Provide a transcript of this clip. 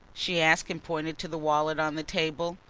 she asked and pointed to the wallet on the table.